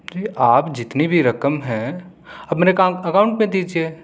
آپ جتنی بھی رقم ہیں اب میرے اکاؤنٹ میرے اکاؤنٹ میں دیجئے